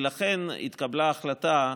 ולכן התקבלה החלטה,